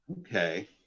Okay